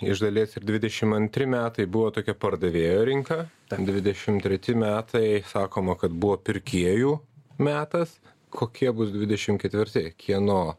iš dalies ir dvidešimt antri metai buvo tokie pardavėjo rinka ten dvidešimt treti metai sakoma kad buvo pirkėjų metas kokie bus dvidešimt ketvirti kieno